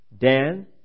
Dan